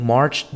March